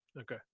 okay